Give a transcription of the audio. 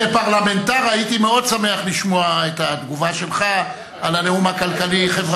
כפרלמנטר הייתי מאוד שמח לשמוע את התגובה שלך על הנאום הכלכלי-חברתי,